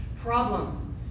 problem